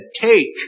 Take